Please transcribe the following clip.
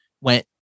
went